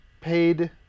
paid